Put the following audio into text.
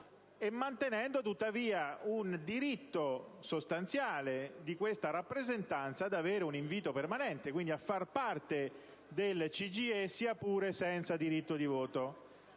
mantenendo, tuttavia, il diritto sostanziale di questa rappresentanza ad avere un invito permanente, quindi a far parte del CGIE, sia pure senza diritto di voto.